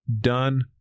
done